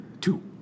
Two